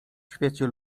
świecie